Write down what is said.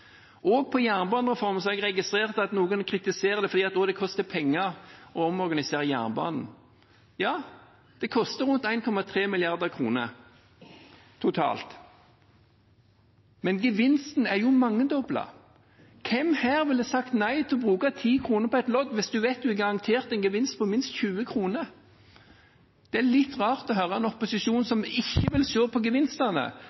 kontrakt. Også jernbanereformen har jeg registrert at noen kritiserer fordi det koster penger å omorganisere jernbanen. Ja, det koster rundt 1,3 mrd. kr totalt. Men gevinsten er mangedoblet. Hvem her ville sagt nei til å bruke 10 kr på et lodd hvis de visste at de var garantert en gevinst på minst 20 kr? Det er litt rart å høre en opposisjon